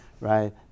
right